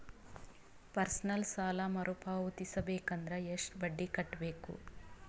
Personal ಸಾಲ ಮರು ಪಾವತಿಸಬೇಕಂದರ ಎಷ್ಟ ಬಡ್ಡಿ ಕಟ್ಟಬೇಕು?